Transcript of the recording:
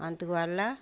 అందువల్ల